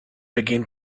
began